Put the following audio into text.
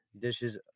dishes